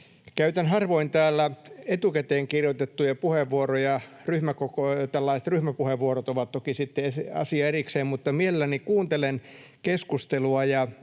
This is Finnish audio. Käytän harvoin täällä etukäteen kirjoitettuja puheenvuoroja. Ryhmäpuheenvuorot ovat toki sitten asia erikseen. Mutta mielelläni kuuntelen keskustelua